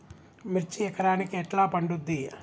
మిర్చి ఎకరానికి ఎట్లా పండుద్ధి?